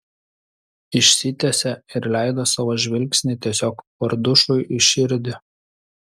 išsitiesė ir leido savo žvilgsnį tiesiog kordušui į širdį